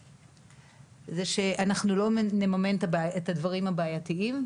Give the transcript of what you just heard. שאנחנו לא נממן את הדברים הבעייתיים,